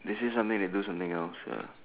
they say something they do something else